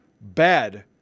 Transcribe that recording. bad